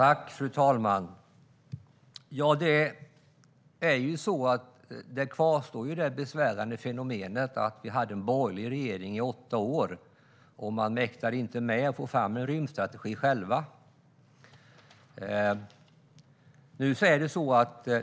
Fru talman! Det besvärande fenomenet att vi i åtta år hade en borgerlig regering som inte själv mäktade med att få fram en rymdstrategi kvarstår.